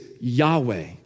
Yahweh